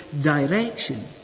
direction